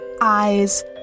eyes